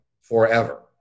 forever